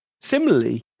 Similarly